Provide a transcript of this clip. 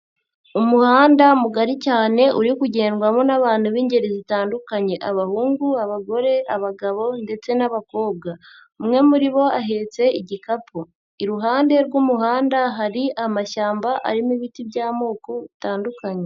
Umuhanda mugari cyane uri kugendwamo n'abantu b'ingeri zitandukanye abahungu, abagore, abagabo ndetse n'abakobwa, umwe muri bo ahetse igikapu, iruhande rw'umuhanda hari amashyamba arimo ibiti by'amoko bitandukanye.